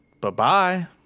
Bye-bye